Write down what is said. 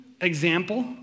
example